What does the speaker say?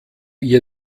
ihr